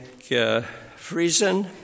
Friesen